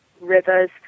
rivers